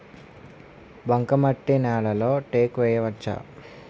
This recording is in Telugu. బంకమట్టి నేలలో టేకు వేయవచ్చా?